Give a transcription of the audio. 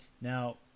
Now